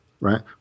right